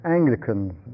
Anglicans